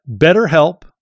BetterHelp